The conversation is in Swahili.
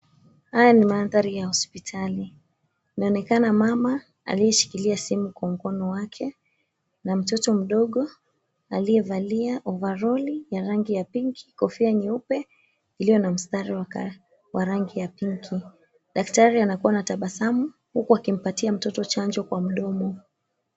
Haya ni mandhari ya hospitali. Inaonekana mama aliyeshikilia simu kwa mkono wake na mtoto mdogo aliyevalia ovaroli ya rangi ya pinki, kofia nyeupe iliyo na mstari wa rangi ya pinki. Daktari anakuwa anatabasamu, huku akimpatia mtoto chanjo kwa mdomo.